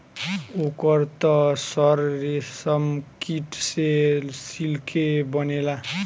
ओकर त सर रेशमकीट से सिल्के बनेला